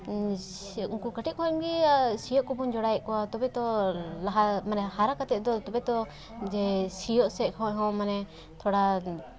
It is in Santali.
ᱩᱱᱠᱩ ᱠᱟᱹᱴᱤᱡ ᱠᱷᱚᱱᱜᱮ ᱥᱤᱭᱳᱜ ᱠᱚᱵᱚᱱ ᱡᱚᱲᱟᱣᱮᱜ ᱠᱚᱣᱟ ᱛᱚᱵᱮ ᱛᱚ ᱞᱟᱦᱟ ᱢᱟᱱᱮ ᱦᱟᱨᱟ ᱠᱟᱛᱮ ᱫᱚ ᱛᱚᱵᱮ ᱛᱚ ᱡᱮ ᱥᱤᱭᱳᱜ ᱥᱮᱫ ᱠᱷᱚᱡ ᱦᱚᱸ ᱢᱟᱱᱮ ᱛᱷᱚᱲᱟ